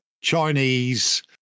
Chinese